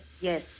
yes